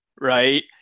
right